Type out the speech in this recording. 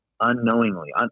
unknowingly